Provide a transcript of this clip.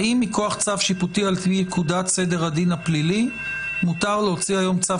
האם מכוח צו שיפוטי על פי פקודת סדר הדין הפלילי מותר להוציא היום צו